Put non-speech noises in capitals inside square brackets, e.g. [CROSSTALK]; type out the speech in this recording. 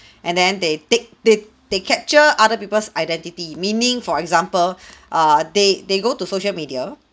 and then they take they they capture other people's identity meaning for example [BREATH] err they they go to social media